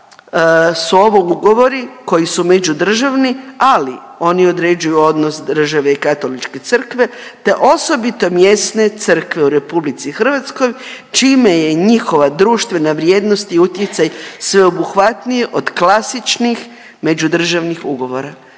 su ovo ugovori koji su međudržavni, ali oni određuju odnos države i Katoličke Crkve te osobito mjesne Crkve u RH čime je njihova društvena vrijednost u utjecaj sveobuhvatniji od klasičnih međudržavnih ugovora.